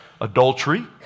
Adultery